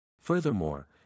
Furthermore